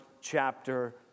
Chapter